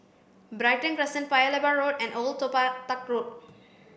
Brighton Crescent Paya Lebar Road and Old Toh Tuck Road